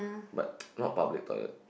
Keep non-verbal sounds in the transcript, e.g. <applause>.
but <noise> not public toilet